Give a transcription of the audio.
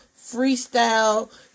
freestyle